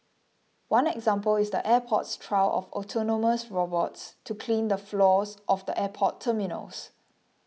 one example is the airport's trial of autonomous robots to clean the floors of the airport terminals